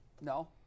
No